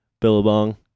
billabong